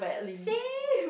same